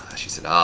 she said, ah